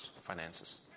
finances